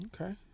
Okay